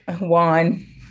One